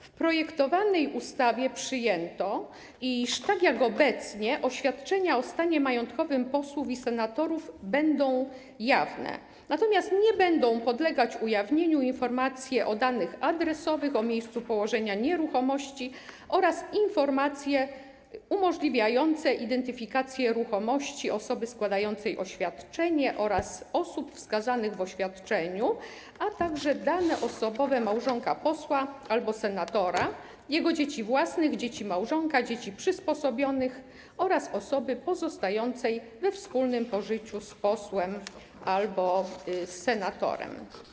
W projektowanej ustawie przyjęto, iż tak jak obecnie, oświadczenia o stanie majątkowym posłów i senatorów będą jawne, natomiast nie będą podlegać ujawnieniu informacje o danych adresowych, o miejscu położenia nieruchomości oraz informacje umożliwiające identyfikację ruchomości osoby składającej oświadczenie oraz osób wskazanych w oświadczeniu, a także dane osobowe małżonka posła albo senatora, jego dzieci własnych, dzieci małżonka, dzieci przysposobionych oraz osoby pozostającej we wspólnym pożyciu z posłem albo z senatorem.